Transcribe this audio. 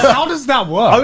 but how does that work?